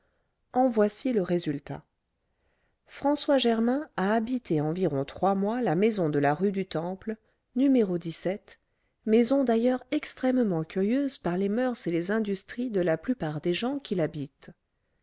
en voici le résultat françois germain a habité environ trois mois la maison de la rue du temple n maison d'ailleurs extrêmement curieuse par les moeurs et les industries de la plupart des gens qui l'habitent